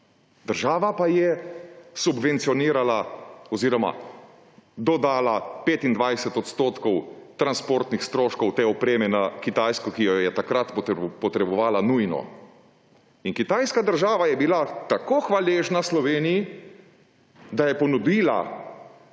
Država pa je subvencionirala oziroma dodala 25 % transportnih stroškov te opreme na Kitajsko, ki jo je takrat potrebovala nujno. In Kitajska država je bila tako hvaležna Sloveniji, da je ponudila